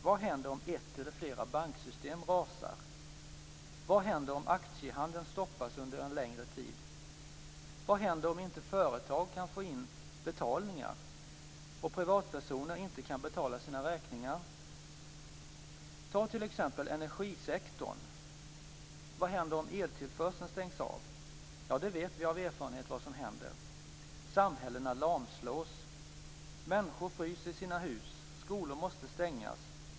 Vad händer om ett eller flera banksystem rasar? Vad händer om aktiehandeln stoppas under en längre tid? Vad händer om inte företag kan få in betalningar och om privatpersoner inte kan betala sina räkningar? Ta t.ex. energisektorn. Vad händer om eltillförseln stängs av? Ja, det vet vi av erfarenhet: Samhällena lamslås. Människor fryser i sina hus. Skolor måste stängas.